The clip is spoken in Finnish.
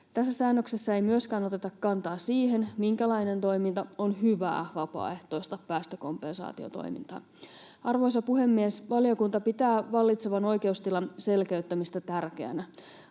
Tässä säännöksessä ei myöskään oteta kantaa siihen, minkälainen toiminta on hyvää vapaaehtoista päästökompensaatiotoimintaa. Arvoisa puhemies! Valiokunta pitää vallitsevan oikeustilan selkeyttämistä tärkeänä.